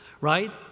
right